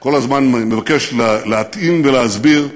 כל הזמן מבקש להתאים ולהסביר,